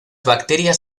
bacterias